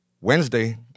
Wednesday